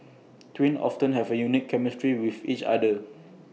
twins often have A unique chemistry with each other